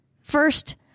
First